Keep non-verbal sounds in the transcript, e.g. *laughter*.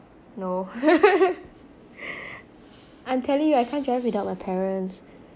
no *laughs* *breath* I'm telling you I can't drive without my parents